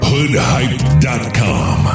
Hoodhype.com